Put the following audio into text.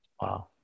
Wow